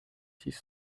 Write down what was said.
six